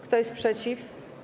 Kto jest przeciw?